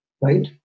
right